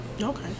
Okay